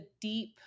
deep